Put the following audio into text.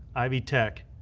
ivy tech,